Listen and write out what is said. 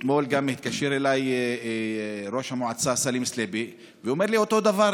אתמול גם התקשר אליי ראש המועצה סלים סליבי ואומר לי אותו דבר,